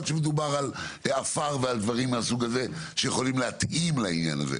שמדובר על עפר ועל דברים מהסוג הזה שיכולים להתאים לעניין הזה.